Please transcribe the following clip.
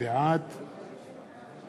בעד